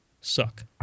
suck